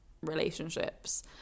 relationships